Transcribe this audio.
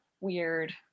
weird